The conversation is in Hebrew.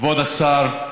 כבוד השר,